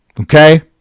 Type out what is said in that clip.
Okay